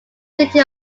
city